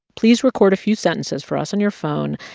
please record a few sentences for us on your phone,